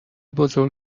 بزرگ